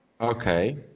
Okay